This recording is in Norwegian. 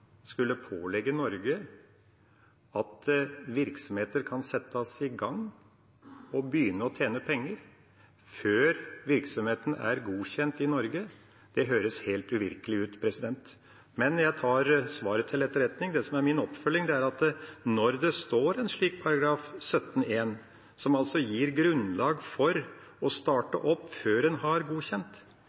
skulle pålegge Norge å sikre at virksomheter skal kunne settes i gang og begynne å tjene penger før virksomheten er godkjent i Norge, høres helt uvirkelig ut. Men jeg tar svaret til etterretning. Min oppfølging er at når det er en slik § 17 , som gir grunnlag for å starte opp før en har blitt godkjent,